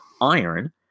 iron